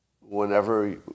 whenever